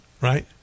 right